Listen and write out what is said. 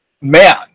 man